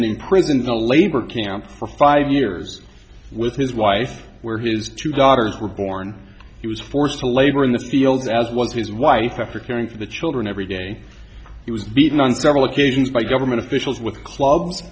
a labor camp for five years with his wife where his two daughters were born he was forced to labor in the fields as was his wife after caring for the children every day he was beaten on several occasions by government officials with clubs